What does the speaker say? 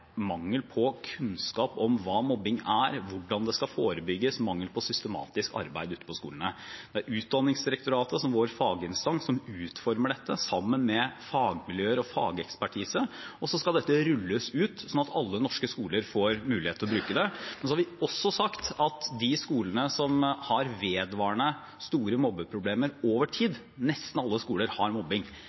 mangel på kunnskap om hva mobbing er, hvordan det skal forebygges – mangel på systematisk arbeid ute på skolene. Det er Utdanningsdirektoratet, som vår faginstans, som utformer dette sammen med fagmiljøer og fagekspertise, og så skal dette rulles ut, slik at alle norske skoler får mulighet til å bruke det. Men vi har også sagt at de skolene som har vedvarende store mobbeproblemer over tid – nesten alle skoler har mobbing